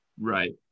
Right